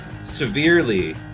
severely